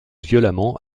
violemment